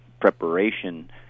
preparation